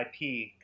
IP